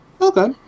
Okay